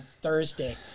Thursday